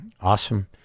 Awesome